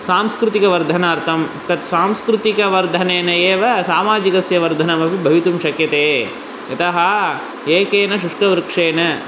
सांस्कृतिकवर्धनार्थं तत् सांस्कृतिकवर्धनेन एव सामाजिकस्य वर्धनम् अपि भवितुं शक्यते यतः एकेन शुष्कवृक्षेण